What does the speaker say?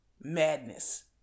madness